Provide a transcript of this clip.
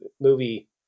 movie